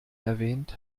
erwähnt